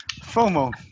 FOMO